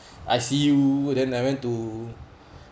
I_C_U then I went to